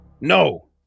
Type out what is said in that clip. No